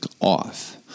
off